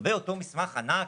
לגבי אותו מסמך ענק,